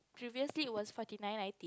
previously it was Forty Nine nine